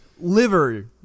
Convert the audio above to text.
liver